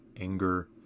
anger